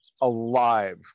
alive